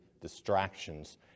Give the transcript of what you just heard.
distractions